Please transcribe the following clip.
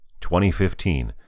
2015